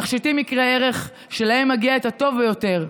תכשיטים יקרי ערך שלהם מגיע את הטוב ביותר.